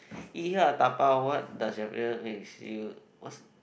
ya dabao what does your makes you what's